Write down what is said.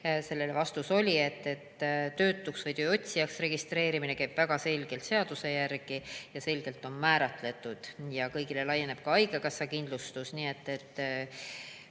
Sellele oli vastus, et töötuks või tööotsijaks registreerimine käib väga selgelt seaduse järgi ja see on selgelt määratletud ning kõigile laieneb ka haigekassa kindlustus.